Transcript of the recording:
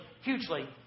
hugely